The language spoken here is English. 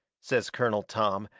says colonel tom,